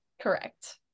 Correct